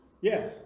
Yes